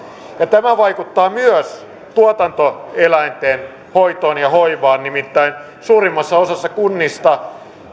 tämä vaikuttaa myös tuotantoeläinten hoitoon ja hoivaan nimittäin suurimmassa osassa kunnista